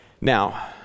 Now